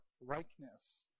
likeness